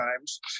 times